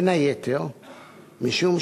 בין היתר משום,